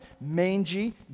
mangy